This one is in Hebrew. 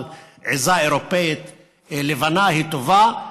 אבל עיזה אירופאית לבנה היא טובה.